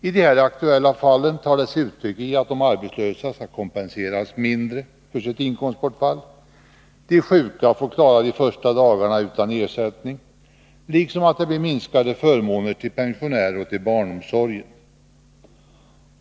I de här aktuella fallen tar sig detta uttryck i att de arbetslösa skall kompenseras mindre för sitt inkomstbortfall, att de sjuka får klara de första dagarna utan ersättning liksom att det blir minskade förmåner till pensionärer och till barnomsorgen.